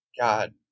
God